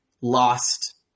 lost